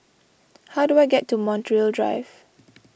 how do I get to Montreal Drive